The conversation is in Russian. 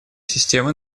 системы